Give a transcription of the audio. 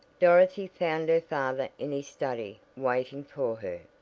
dorothy found her father in his study waiting for her.